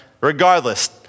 regardless